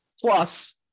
Plus